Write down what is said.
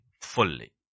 fully